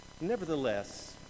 nevertheless